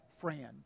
friend